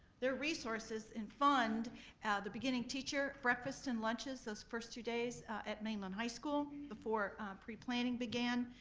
their resources and fund the beginning teacher breakfast and lunches those first two days at mainland high school before pre-planning began.